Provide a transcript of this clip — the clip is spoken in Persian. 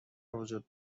وجود